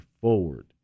forward